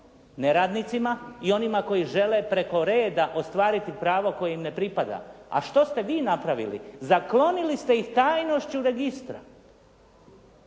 Neradnicima i onima koji žele preko reda ostvariti pravo koje im ne pripada. A što ste vi napravili? Zaklonili ste i tajnošću registra.